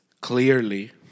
clearly